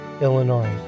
Illinois